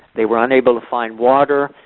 they were unable to find water.